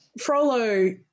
Frollo